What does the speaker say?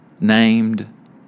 named